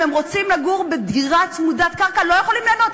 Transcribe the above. אם הם רוצים לגור בדירה צמודת-קרקע הם לא יכולים ליהנות,